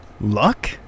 luck